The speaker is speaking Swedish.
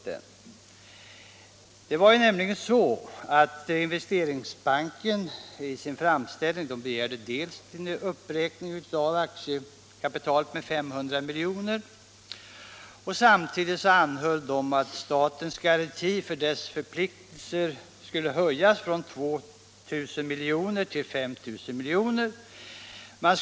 Ökade lånemöjligheter för Sveriges Ökade lånemöjlig heter för Sveriges Investeringsbank AB 150 Dels begärde Investeringsbanken en uppräkning av aktiekapitalet med 500 milj.kr., dels anhöll banken om att statens garanti för bankens förpliktelser skulle höjas från 2 000 milj.kr. till 5 000 milj.kr.